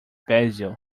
basil